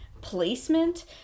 placement